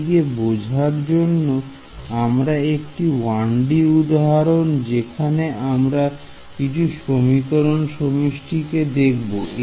এদিকে বোঝার জন্য আমরা একটি 1D উদাহরণ যেখানে আমরা কিছু সমীকরণ সমষ্টিকে দেখব